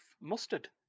mustard